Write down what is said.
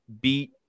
beat